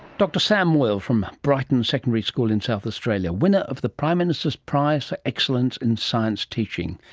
dr sam moyle from brighton secondary school in south australia, winner of the prime minister's prize for excellence in science teaching.